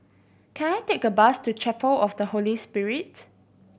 can I take a bus to Chapel of the Holy Spirit